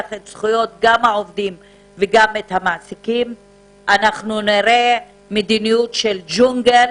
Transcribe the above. את זכויות העובדים וגם את המעסיקים אנחנו נראה מדיניות של ג'ונגל,